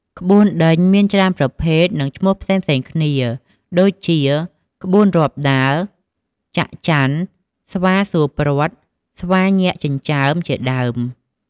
ក្បួនដេញមានច្រើនប្រភេទ និងឈ្មោះផ្សេងៗគ្នា ដូចជា ក្បួនរាប់ដើរ, ច័ក្កច័ន, ស្វាសួរព្រ័ត, ស្វាញាក់ចិញ្ចើម ជាដើម។